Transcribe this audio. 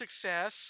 success